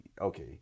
okay